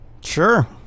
Sure